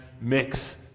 mix